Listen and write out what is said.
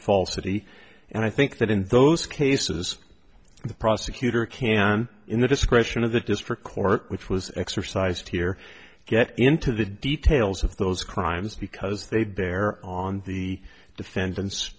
falsity and i think that in those cases the prosecutor can in the discretion of the district court which was exercised here get into the details of those crimes because they bear on the defendant's